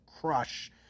crush